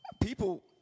people